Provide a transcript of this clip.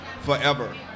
forever